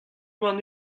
warn